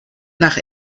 nach